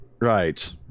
right